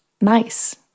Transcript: nice